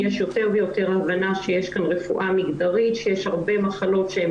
יש יותר ויותר הבנה שיש רפואה מגדרית שיש הרבה מחלות שהן